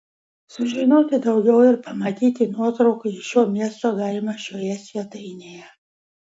sužinoti daugiau ir pamatyti nuotraukų iš šio miesto galima šioje svetainėje